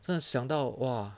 真的想到 !wah!